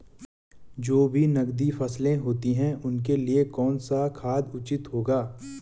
जो भी नकदी फसलें होती हैं उनके लिए कौन सा खाद उचित होगा?